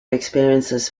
experiences